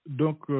donc